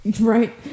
right